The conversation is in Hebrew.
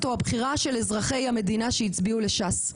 או הבחירה של אזרחי המדינה שהצביעו ל-ש"ס.